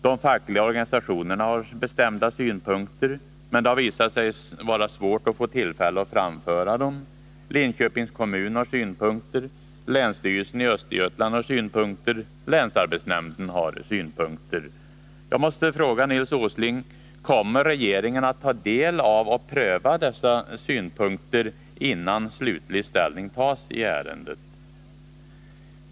De fackliga organisationerna har bestämda synpunkter, men det har visat sig vara svårt att få tillfälle att framföra dem. Linköpings kommun har synpunkter. Länsstyrelsen i Östergötland har synpunkter. Länsarbetsnämnden har synpunkter. Jag måste fråga Nils Åsling: Kommer regeringen att ta del av och pröva dessa synpunkter innan slutlig ställning tas i ärendet?